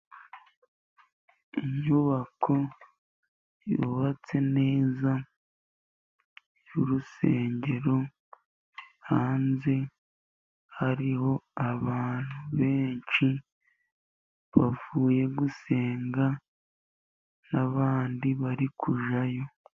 Inyubako yubatse neza yurusengero, hanze hariho abantu benshi, bavuye gusenga nabandi bayjayo.